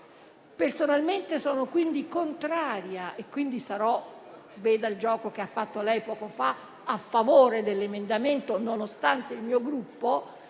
Personalmente sono contraria e quindi - veda il gioco che ha fatto lei poco fa - sarò a favore dell'emendamento, nonostante il mio Gruppo,